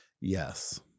Yes